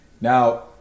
Now